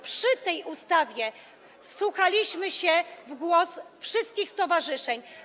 W przypadku tej ustawy wsłuchaliśmy się w głos wszystkich stowarzyszeń.